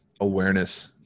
Awareness